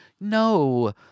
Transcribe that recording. no